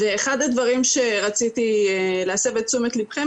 אחד הדברים שרציתי להסב את תשומת ליבכם